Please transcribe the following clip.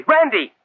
Randy